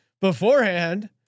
beforehand